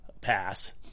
pass